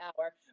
hour